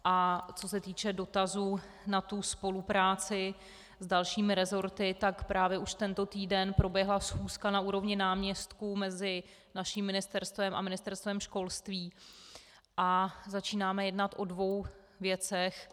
A co se týče dotazů na spolupráci s dalšími rezorty, tak právě už tento týden proběhla schůzka na úrovni náměstků mezi naším ministerstvem a Ministerstvem školství a začínáme jednat o dvou věcech.